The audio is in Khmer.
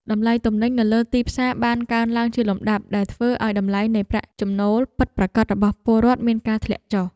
តម្លៃទំនិញនៅលើទីផ្សារបានកើនឡើងជាលំដាប់ដែលធ្វើឱ្យតម្លៃនៃប្រាក់ចំណូលពិតប្រាកដរបស់ពលរដ្ឋមានការធ្លាក់ចុះ។